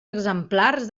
exemplars